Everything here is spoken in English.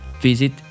Visit